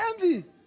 envy